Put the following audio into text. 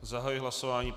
Zahajuji hlasování.